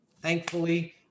thankfully